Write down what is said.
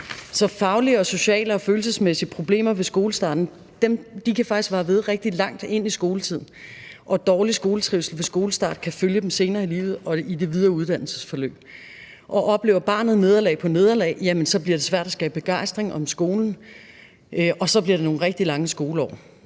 faglige, sociale og følelsesmæssige problemer ved skolestarten kan faktisk vare ved rigtig langt ind i skoletiden, og dårlig skoletrivsel ved skolestart kan følge dem senere i livet og i det videre uddannelsesforløb. Oplever barnet nederlag på nederlag, bliver det svært at skabe begejstring for skolen, og så bliver det nogle rigtig lange skoleår.